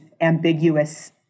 ambiguous